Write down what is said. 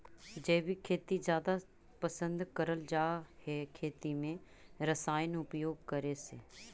जैविक खेती जादा पसंद करल जा हे खेती में रसायन उपयोग करे से